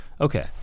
Okay